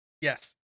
Yes